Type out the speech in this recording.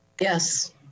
Yes